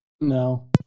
No